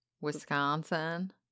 Wisconsin